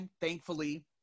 thankfully